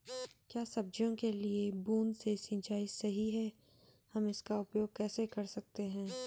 क्या सब्जियों के लिए बूँद से सिंचाई सही है हम इसका उपयोग कैसे कर सकते हैं?